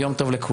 יום טוב לכולם.